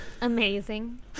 Amazing